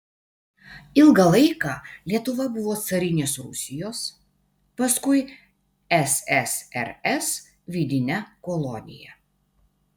ilgą laiką lietuva buvo carinės rusijos paskui ssrs vidine kolonija